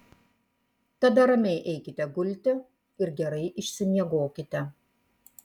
tada ramiai eikite gulti ir gerai išsimiegokite